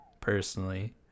personally